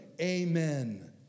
amen